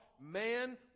man